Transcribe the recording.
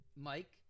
Mike